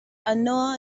ano